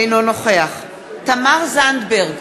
אינו נוכח תמר זנדברג,